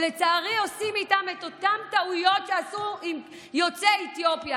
שלצערי עושים איתה את אותן טעויות שעשו עם יוצאי אתיופיה,